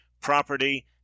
property